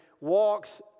walks